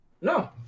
No